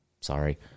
sorry